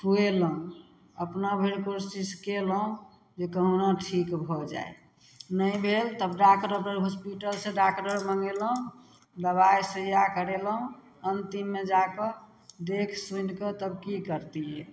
खुएलहुँ अपना भरि कोशिश कयलहुँ जे कहुना ठीक भऽ जाइ नहि भेल तब डॉक्टरके हॉस्पिटलसँ डॉक्टर मँगेलहुँ दबाइ सुइया करेलहुँ अन्तिममे जाकऽ देख सुनिकऽ तब की करतियइ